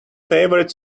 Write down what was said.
favorite